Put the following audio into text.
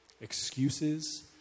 excuses